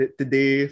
today